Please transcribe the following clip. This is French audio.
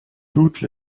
toutes